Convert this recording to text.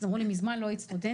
אז אמרו לי מזמן לא היית סטודנטית,